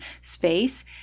space